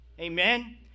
Amen